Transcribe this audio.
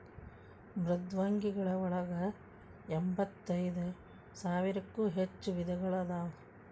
ಮೃದ್ವಂಗಿಗಳ ಒಳಗ ಎಂಬತ್ತೈದ ಸಾವಿರಕ್ಕೂ ಹೆಚ್ಚ ವಿಧಗಳು ಅದಾವ